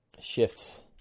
shifts